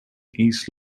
east